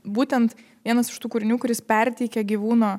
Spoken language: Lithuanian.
būtent vienas iš tų kūrinių kuris perteikia gyvūno